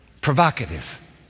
Provocative